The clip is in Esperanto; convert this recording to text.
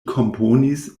komponis